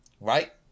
right